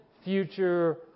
future